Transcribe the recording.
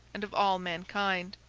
and of all mankind.